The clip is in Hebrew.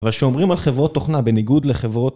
אבל כשאומרים על חברות תוכנה בניגוד לחברות...